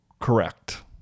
Correct